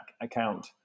account